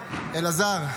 אלעזר,